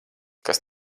kas